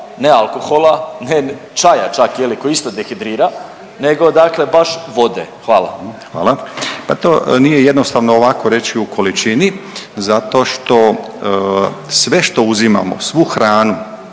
ne alkohola, ne čaja čak je li koji isto dehidrira nego dakle baš vode? Hvala. **Karlić, Mladen (HDZ)** Hvala. Pa to nije jednostavno ovako reći u količini zato što sve što uzimamo, svu hranu